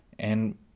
and